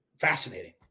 fascinating